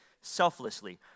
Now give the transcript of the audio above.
selflessly